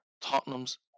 Tottenham's